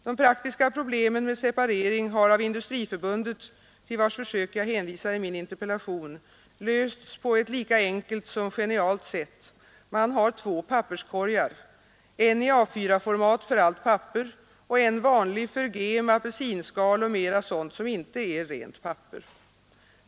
De praktiska problemen med separering har av Industriförbundet, till vars försök jag hänvisar i min interpellation, lösts på ett enkelt och genialt sätt: man har två papperskorgar, en i A 4-format för allt papper och en vanlig för gem, apelsinskal och mer sådant som inte är rent papper.